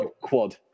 quad